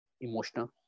emotional